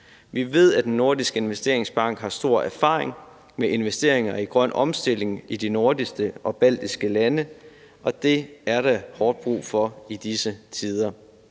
vi ved, at Den Nordiske Investeringsbank har stor erfaring med investeringer i grøn omstilling i de nordiske og baltiske lande, og det er der hårdt brug for i disse tider;